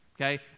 okay